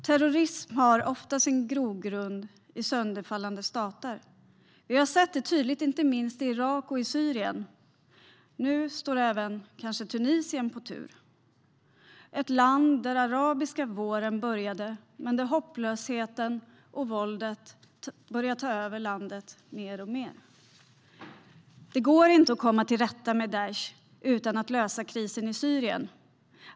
Terrorism har ofta sin grogrund i sönderfallande stater. Vi har sett det tydligt inte minst i Irak och i Syrien. Nu står kanske även Tunisien på tur - landet där den arabiska våren började men där hopplösheten och våldet börjar ta över mer och mer. Det går inte att komma till rätta med Daish utan att lösa krisen i Syrien.